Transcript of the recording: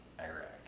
Iraq